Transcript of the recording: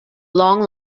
long